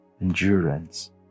endurance